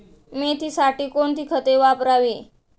मेथीसाठी कोणती खते वापरावी?